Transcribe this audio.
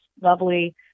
lovely